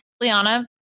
Liana